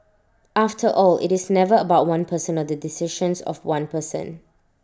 after all IT is never about one person or the decisions of one person